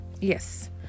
Yes